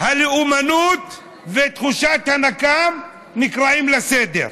הלאומנות ותחושת הנקם נקראות לסדר.